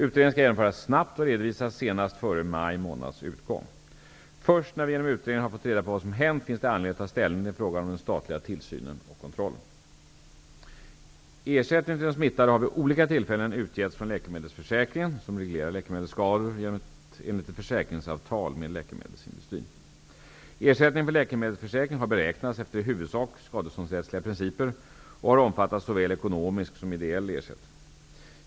Utredningen skall genomföras snabbt och redovisas senast före maj månads utgång. Först när vi genom utredningen har fått reda på vad som hänt finns det anledning att ta ställning till frågan om den statliga tillsynen och kontrollen. Ersättning till de smittade har vid olika tillfällen utgetts från Läkemedelsförsäkringen, som reglerar läkemedelsskador enligt ett försäkringsavtal med läkemedelsindustrin. Ersättningen från Läkemedelsförsäkringen har beräknats efter i huvudsak skadeståndsrättsliga principer och har omfattat såväl ekonomisk som ideell ersättning.